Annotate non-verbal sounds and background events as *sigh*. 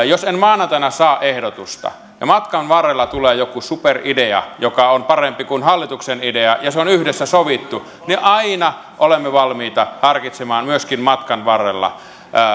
*unintelligible* jos en maanantaina saa ehdotusta ja matkan varrella tulee joku superidea joka on parempi kuin hallituksen idea ja se on yhdessä sovittu niin aina olemme valmiita harkitsemaan myöskin matkan varrella